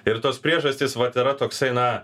ir tos priežastys vat yra toksai na